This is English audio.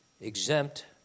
exempt